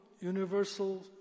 universal